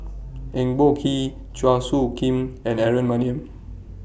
Eng Boh Kee Chua Soo Khim and Aaron Maniam